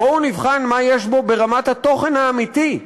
בואו נבחן מה יש בו ברמת התוכן האמיתי.